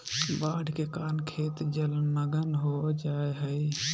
बाढ़ के कारण खेत जलमग्न हो जा हइ